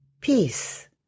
peace